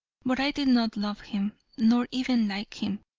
but i did not love him, nor even like him.